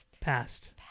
Past